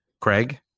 Craig